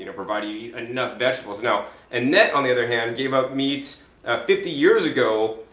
know, provided you eat enough vegetables. now annette on the other hand, gave up meat ah fifty years ago,